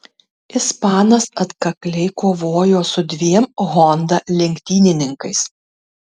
ispanas atkakliai kovojo su dviem honda lenktynininkais